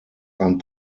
ein